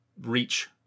reach